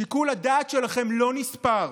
שיקול הדעת שלכם לא נספר.